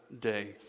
day